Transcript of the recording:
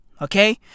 Okay